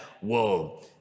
whoa